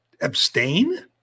abstain